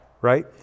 right